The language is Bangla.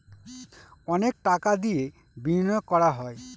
অনেক টাকা দিয়ে বিনিয়োগ করা হয়